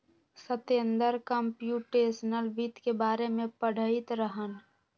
Satender computational वित्त के बारे में पढ़ईत रहन